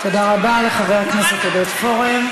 תודה רבה לחבר הכנסת פורר.